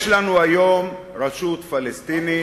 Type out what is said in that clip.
יש לנו היום רשות פלסטינית,